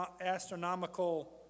astronomical